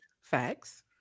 Facts